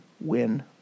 win